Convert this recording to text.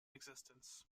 existence